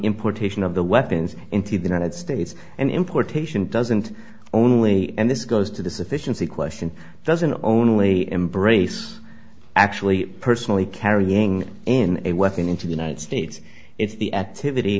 importation of the weapons into the united states and importation doesn't only and this goes to the sufficiency question doesn't only embrace actually personally carrying in a weapon into the united states it's the at tiv